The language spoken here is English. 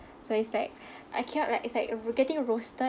so it's like I cannot like it's like getting roasted